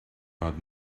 but